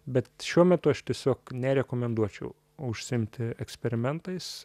bet šiuo metu aš tiesiog nerekomenduočiau užsiimti eksperimentais